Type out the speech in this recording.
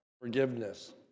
forgiveness